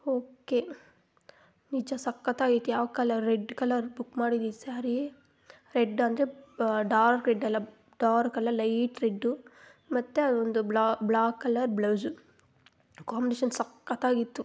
okay ನಿಜ ಸಕ್ಕತಾಗೈತೆ ಯಾವ ಕಲರ್ ರೆಡ್ ಕಲರ್ ಬುಕ್ ಮಾಡಿದ್ದಿ ಸ್ಯಾರಿ ರೆಡ್ಡಂದ್ರೆ ಡಾರ್ಕ್ ರೆಡ್ಡಲ್ಲ ಡಾರ್ಕಲ್ಲ ಲೈಟ್ ರೆಡ್ಡು ಮತ್ತು ಅದೊಂದು ಬ್ಲಾಕ್ ಕಲರ್ ಬ್ಲೌಝು ಕಾಂಬ್ನೇಶನ್ ಸಕ್ಕತ್ತಾಗಿತ್ತು